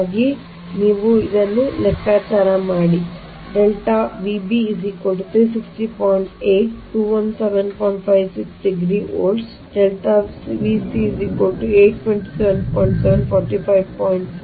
ಇದನ್ನು ನೀವು ದಯವಿಟ್ಟು ನಿಮ್ಮದೇ ಆದ ಲೆಕ್ಕಾಚಾರ ಮಾಡಿ